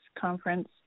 conference